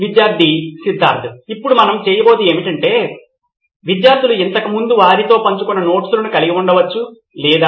విద్యార్థి సిద్ధార్థ్ ఇప్పుడు మనం చేయబోయేది ఏమిటంటే విద్యార్థులు ఇంతకు ముందు వారితో పంచుకున్న నోట్స్లను కలిగి ఉండవచ్చు లేదా